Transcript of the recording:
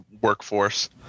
workforce